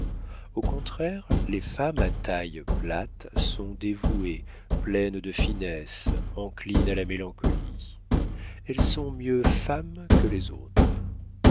au contraire les femmes à taille plate sont dévouées pleines de finesse enclines à la mélancolie elles sont mieux femmes que les autres